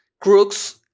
crooks